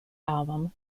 album